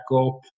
up